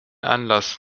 anlass